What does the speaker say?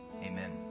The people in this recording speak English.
Amen